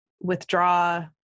withdraw